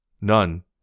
none